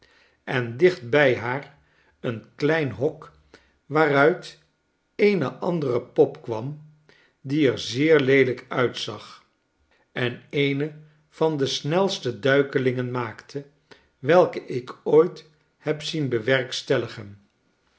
en dicht bij haar eenkleinhok waaruit eene andere pop kwam die er zeer leelijk uitzag en eene van de snelste duikelingen maakte welke ik ooit heb zien bewerkstelligen